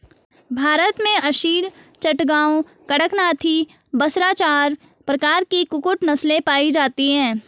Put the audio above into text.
भारत में असील, चटगांव, कड़कनाथी, बसरा चार प्रकार की कुक्कुट नस्लें पाई जाती हैं